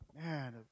man